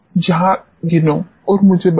जरा गिनो और मुझे बताओ